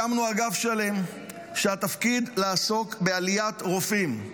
הקמנו אגף שלם שהתפקיד שלו לעסוק בעליית רופאים.